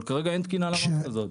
אבל כרגע אין תקינה למערכת הזאת.